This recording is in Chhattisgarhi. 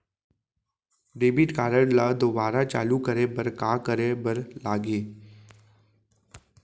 डेबिट कारड ला दोबारा चालू करे बर का करे बर लागही?